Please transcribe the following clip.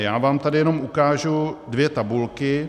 Já vám tady jenom ukážu dvě tabulky.